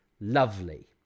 lovely